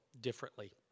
differently